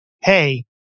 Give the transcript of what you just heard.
hey